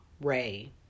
Ray